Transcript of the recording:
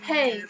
Hey